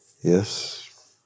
Yes